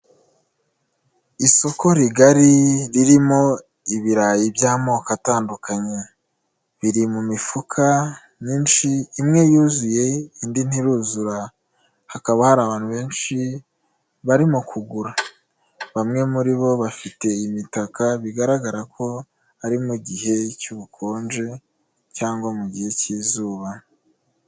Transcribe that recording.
Isoko rigari ririmo ibirayi by'amoko atandukanye, biri mu mifuka myinshi, imwe yuzuye indi ntiruzura, hakaba hari abantu benshi barimo kugura; bamwe muri bo bafite imitaka bigaragara ko ari mu gihe cy'ubukonje cyangwa mu gihe cy'izuba.